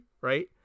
right